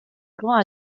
grand